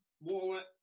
wallet